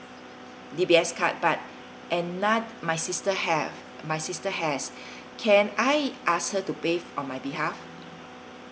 D_B_S but and my sister have my sister has can I ask her to pay on my behalf